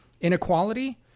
inequality